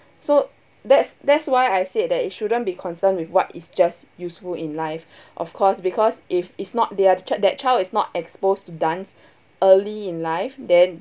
so that's that's why I said that you shouldn't be concerned with what is just useful in life of course because if it's not there child the child that child is not exposed to dance early in life then